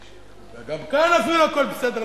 גם כאן אפילו הכול בסדר.